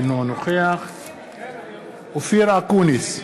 אינו נוכח אופיר אקוניס,